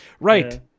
Right